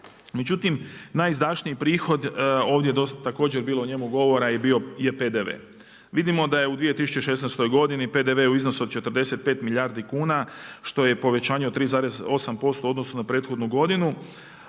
Međutim najizdašniji prihod ovdje je također o njemu bilo govora je PDV. Vidimo da je u 2016. godini PDV-u iznos od 45 milijardi kuna što je povećanje od 3,8% u odnosu na prethodnu godinu.